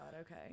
Okay